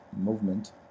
movement